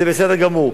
זה בסדר גמור.